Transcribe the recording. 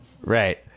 Right